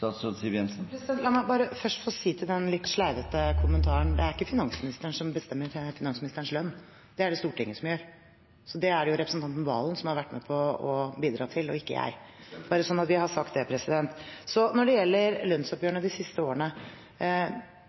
La meg bare først få si, til den litt sleivete kommentaren: Det er ikke finansministeren som bestemmer finansministerens lønn, det er det Stortinget som gjør. Så det er det jo representanten Serigstad Valen som har vært med på å bidra til, og ikke jeg – bare så vi har sagt det. Så, når det gjelder lønnsoppgjørene de siste årene: